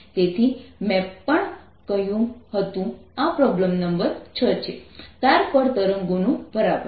તેથી મેં પણ કર્યું હતું આ પ્રોબ્લેમ નંબર 6 છે તાર પર તરંગનું પરાવર્તન